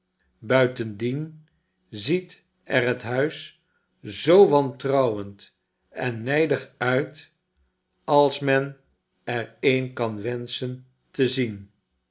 buitendien ziet er het huis zoo wantrouwend en nijdig uit als men er een kan wenschen te zien